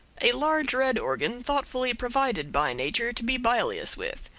a large red organ thoughtfully provided by nature to be bilious with.